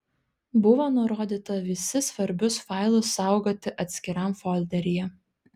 buvo nurodyta visi svarbius failus saugoti atskiram folderyje